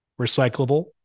recyclable